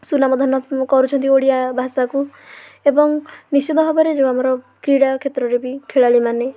ସୁନାମଧନ୍ୟ କରୁଛନ୍ତି ଓଡ଼ିଆ ଭାଷାକୁ ଏବଂ ନିଶ୍ଚିନ୍ତ ଭାବରେ ଯେଉଁ ଆମର କ୍ରୀଡ଼ା କ୍ଷେତ୍ରରେ ବି ଖେଳାଳି ମାନେ